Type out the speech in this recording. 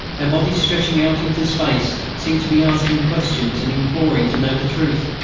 their bodies, stretching out into space, seemed to be asking questions and imploring to know the truth.